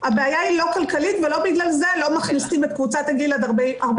הבעיה היא לא כלכלית ולא בגלל זה מכניסים את קבוצת הגיל 40-49,